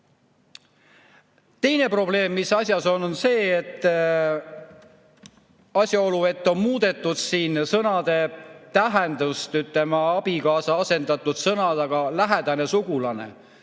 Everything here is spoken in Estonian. Teine probleem, mis asjas on, on see asjaolu, et on muudetud siin sõnade tähendust, ütleme, on sõna "abikaasa" asendatud sõnadega "lähedane sugulane".